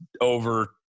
over